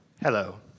Hello